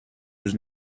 was